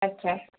अच्छा